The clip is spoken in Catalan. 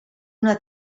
una